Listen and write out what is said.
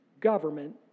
Government